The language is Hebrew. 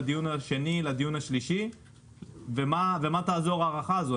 לדיון השני ולדיון השלישי ומה תעזור ההארכה הזאת?